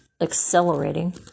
accelerating